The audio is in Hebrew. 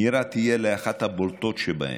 נירה תהיה אחת הבולטות שבהם.